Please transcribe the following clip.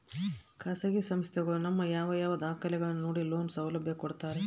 ಖಾಸಗಿ ಸಂಸ್ಥೆಗಳು ನಮ್ಮ ಯಾವ ಯಾವ ದಾಖಲೆಗಳನ್ನು ನೋಡಿ ಲೋನ್ ಸೌಲಭ್ಯ ಕೊಡ್ತಾರೆ?